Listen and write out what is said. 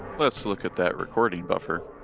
let's look at that recording buffer